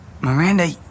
Miranda